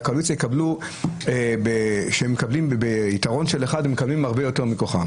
כשהקואליציה מקבלת יתרון של אחד היא מקבלת הרבה יותר מכוחה,